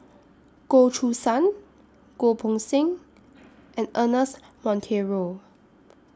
Goh Choo San Goh Poh Seng and Ernest Monteiro